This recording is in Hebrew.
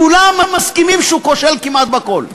כולם מסכימים שהוא כושל כמעט בכול,